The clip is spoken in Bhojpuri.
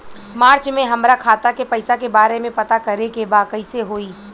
मार्च में हमरा खाता के पैसा के बारे में पता करे के बा कइसे होई?